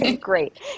Great